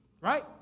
Right